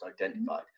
identified